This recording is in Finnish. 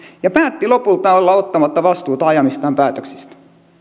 ja päätti lopulta olla ottamatta vastuuta ajamistaan päätöksistä